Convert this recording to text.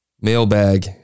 Mailbag